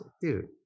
dude